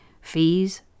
fees